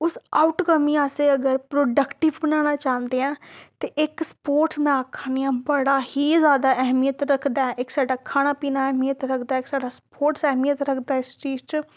उस आउटकम गी अस अगर प्रोडक्टिव बनाना चांह्दे आं ते इक स्पोर्टस में आक्खा नी आं बड़ा ही जादा ऐह्मियत रखदा ऐ इक साढ़ा खाना पीना ऐह्मियत रखदा ऐ इक साढ़ा स्पोर्टस ऐह्मियत रखदा ऐ इस चीज च